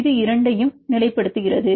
இது இரண்டையும் நிலைப்படுத்துகிறது